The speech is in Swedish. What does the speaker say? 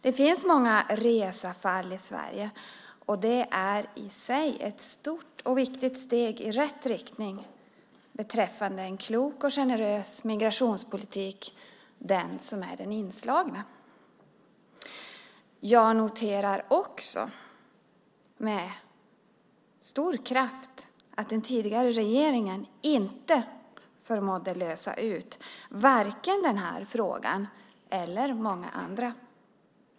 Det finns många Rezafall i Sverige, och den inslagna vägen i sig är ett stort och viktigt steg i rätt riktning vad gäller en klok och generös migrationspolitik. Vidare noterar jag med kraft att den tidigare regeringen inte förmådde lösa vare sig denna fråga eller många andra frågor.